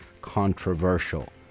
controversial